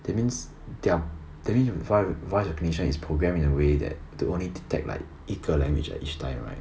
that means their that means voice voice recognition is program in a way that they only detect like 一个 language at each time right